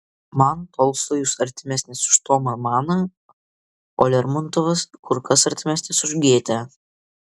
man tolstojus artimesnis už tomą maną o lermontovas kur kas artimesnis už gėtę